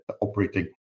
operating